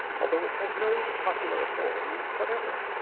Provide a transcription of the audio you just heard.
although it has no popular authority whatever.